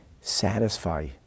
satisfy